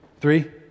three